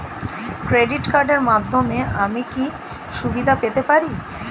Credit কার্ডের মাধ্যমে আমি কি কি সুবিধা পেতে পারি?